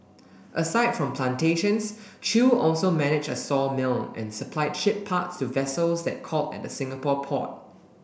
aside from plantations Chew also managed a sawmill and supplied ship parts to vessels that called at Singapore port